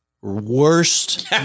worst